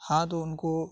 ہاں تو ان کو